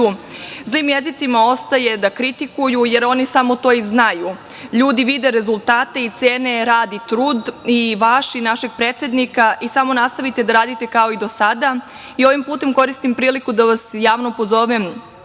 Zlim jezicima ostaje da kritikuju, jer oni samo to i znaju. Ljudi vide rezultate i cene rad i trud i vaš i našeg predsednika i samo nastavite da radite kao i do sada i ovim putem koristim priliku da vas javno pozovem